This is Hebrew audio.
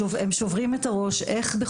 שוברת את הראש לגבי איך,